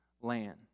land